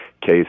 case